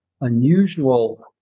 unusual